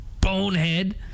bonehead